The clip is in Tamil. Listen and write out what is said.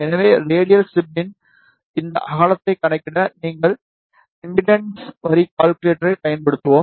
எனவே ரேடியல் ஸ்டபின் இந்த அகலத்தைக் கணக்கிட நீங்கள் இம்பெடன்ஸ் வரி கால்குலேட்டரைப் பயன்படுத்தலாம்